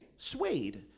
Suede